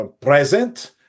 present